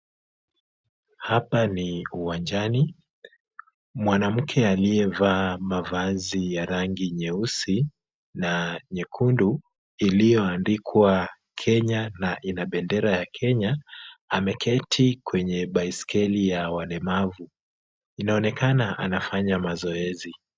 Hapa ni uwanjani. Mwanamke aliyevaa mavazi ya rangi nyeusi na nyekundu, iliyoandikwa Kenya na ina bendera ya Kenya, ameketi kwenye baiskeli ya walemavu. Inaonekana anafanya mazoezi.